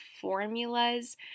formulas